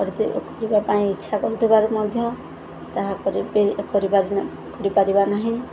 କରି କରିବା ପାଇଁ ଇଚ୍ଛା କରୁଥିବାରୁ ମଧ୍ୟ ତାହା କରିପାରନା କରିପାରିବା ନାହିଁ